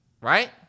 right